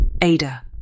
Ada